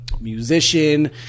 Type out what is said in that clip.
musician